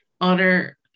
honor